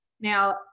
Now